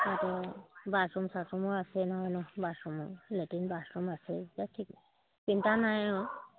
আকৌ বাথৰুম চাথৰুমো আছে নহয় নহয় নহ্ বাথৰুমো লেট্ৰিন বাথৰুম আছে যেতিয়া ঠিকে চিন্তা নাই আৰু